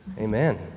Amen